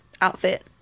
outfit